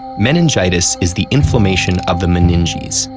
meningitis is the inflammation of the meninges,